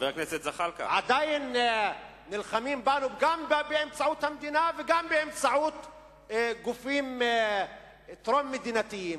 עדיין נלחמים בנו גם באמצעות המדינה וגם באמצעות גופים טרום-מדינתיים.